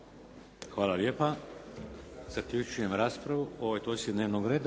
Hvala lijepa. Zaključujem raspravu o ovoj točci dnevnog reda.